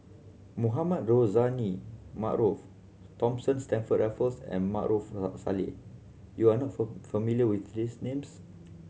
Mohamed Rozani Maarof Thomas Stamford Raffles and Maarof Salleh you are not familiar with these names